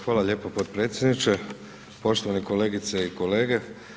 Hvala lijepo potpredsjedniče, poštovane kolegice i kolege.